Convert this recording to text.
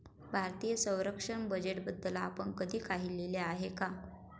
भारतीय संरक्षण बजेटबद्दल आपण कधी काही लिहिले आहे का?